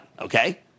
Okay